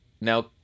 Now